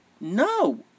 no